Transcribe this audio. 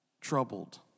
troubled